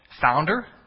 Founder